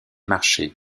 marchés